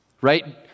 right